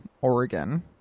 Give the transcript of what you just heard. Oregon